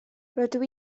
rydw